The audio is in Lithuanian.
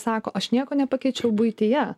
sako aš nieko nepakeičiau buityje